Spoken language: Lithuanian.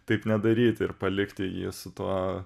taip nedaryti ir palikti jį su tuo